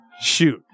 shoot